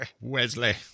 Wesley